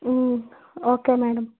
okay madam